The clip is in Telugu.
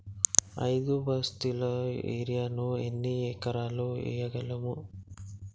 ఐదు బస్తాల యూరియా ను ఎన్ని ఎకరాలకు వేయగలము?